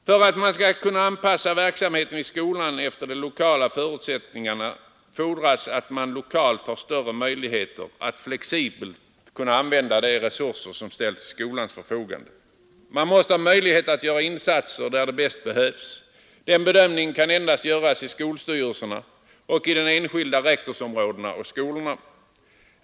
För att verksamheten i skolan skall kunna anpassas efter de lokala förutsättningarna fordras att man lokalt har större möjligheter att flexibelt använda de resurser som ställs till skolans förfogande. Man måste ha möjlighet att göra insatserna där de bäst behövs. Den bedömningen kan endast göras i skolstyrelserna och i de enskilda rektorsområdena och skolorna.